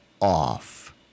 off